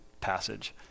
passage